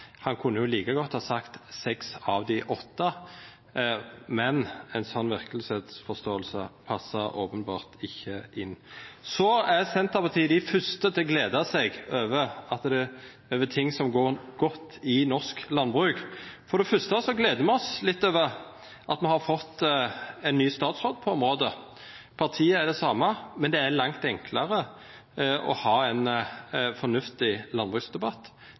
Han kunne like godt ha sagt seks av dei siste åtte, men ei slik verkelegheitsforståing passar openbert ikkje inn. Så er Senterpartiet dei første til å gleda seg over ting som går godt i norsk landbruk. For det første gleder me oss litt over at me har fått ein ny statsråd på området. Partiet er det same, men det er langt enklare å ha ein fornuftig landbruksdebatt.